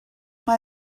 mae